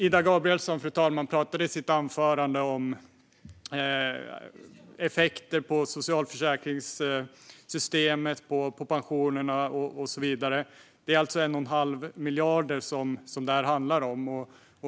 Ida Gabrielsson pratade i sitt anförande om effekter på socialförsäkringssystemet, pensionerna och så vidare. Det är alltså 1 1⁄2 miljard det handlar om.